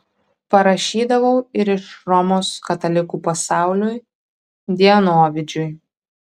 parašydavau ir iš romos katalikų pasauliui dienovidžiui